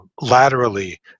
laterally